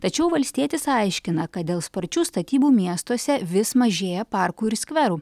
tačiau valstietis aiškina kad dėl sparčių statybų miestuose vis mažėja parkų ir skverų